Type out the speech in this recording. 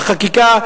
בחקיקה,